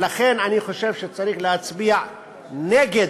לכן אני חושב שצריך להצביע נגד